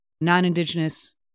non-Indigenous